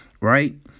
right